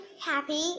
happy